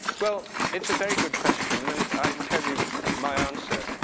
well, it's a very good question and i can tell you my answer.